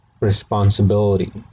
responsibility